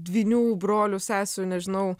dvynių brolių sesių nežinau